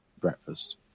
breakfast